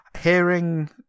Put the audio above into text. hearing